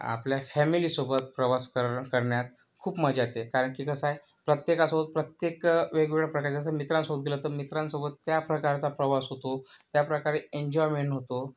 आपल्या फॅमिलीसोबत प्रवास कर करण्यात खूप मज्जा येते कारण की कसं आहे प्रत्येकासोबत प्रत्येक वेगवेगळ्या प्रकारे जसं मित्रांसोबत गेलं तर मित्रांसोबत त्या प्रकारचा प्रवास होतो त्याप्रकारे एन्जॉयमेन्ट होतो